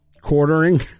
quartering